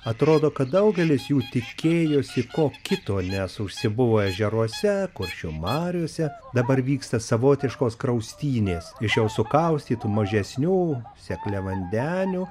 atrodo kad daugelis jų tikėjosi ko kito nes užsibuvo ežeruose kuršių mariose dabar vyksta savotiškos kraustynės iš jau sukaustytų mažesnių sekliavandenių